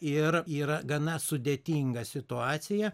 ir yra gana sudėtinga situacija